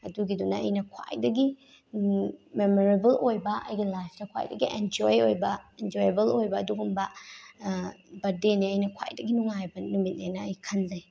ꯑꯗꯨꯒꯤꯗꯨꯅ ꯑꯩꯅ ꯈ꯭ꯋꯥꯏꯗꯒꯤ ꯃꯦꯃꯣꯔꯦꯕꯜ ꯑꯣꯏꯕ ꯑꯩꯒꯤ ꯂꯥꯏꯐꯇ ꯈ꯭ꯋꯥꯏꯗꯒꯤ ꯑꯦꯟꯖꯣꯏ ꯑꯣꯏꯕ ꯑꯦꯟꯖꯣꯏꯌꯦꯕꯜ ꯑꯣꯏꯕ ꯑꯗꯨꯒꯨꯝꯕ ꯕ꯭ꯔꯠꯗꯦꯅꯦ ꯑꯩꯅ ꯈ꯭ꯋꯥꯏꯗꯒꯤ ꯅꯨꯡꯉꯥꯏꯕ ꯅꯨꯃꯤꯠꯅꯦꯅ ꯑꯩ ꯈꯟꯖꯩ